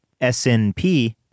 SNP